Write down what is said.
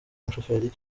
umushoferi